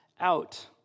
out